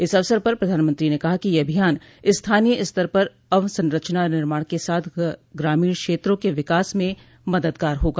इस अवसर पर प्रधानमंत्री ने कहा कि यह अभियान स्थानीय स्तर पर अवसंरचना निर्माण के साथ ग्रामीण क्षेत्रों के विकास में मददगार होगा